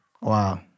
Wow